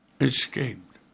escaped